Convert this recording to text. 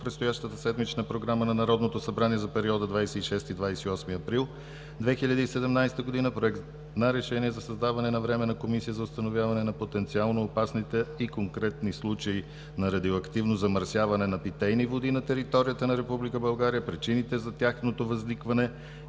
предстоящата седмична програма на Народното събрание за периода 26 – 28 април 2017 г. – Проект на решение за създаване на Временна комисия за установяване на потенциално опасните и конкретни случаи на радиоактивно замърсяване на питейни води на територията на Република България, причините за тяхното възникване